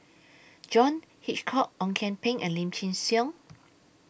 John Hitchcock Ong Kian Peng and Lim Chin Siong